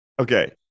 Okay